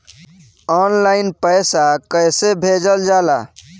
Online पैसा कैसे भेजल जाला?